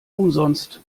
umsonst